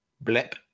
Blip